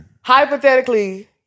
Hypothetically